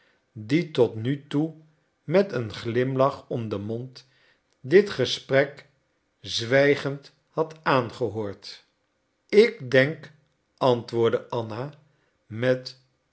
die tot nu toe met een glimlach om den mond dit gesprek zwijgend had aangehoord ik denk antwoordde anna met